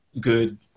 good